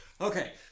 Okay